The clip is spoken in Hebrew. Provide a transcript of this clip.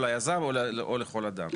או ליזם או לכל אדם.